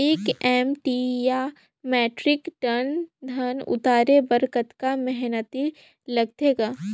एक एम.टी या metric tonne धन उतारे बर कतका मेहनती लगथे ग?